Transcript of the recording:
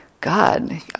god